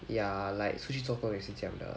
ya like 出去做工也是这样的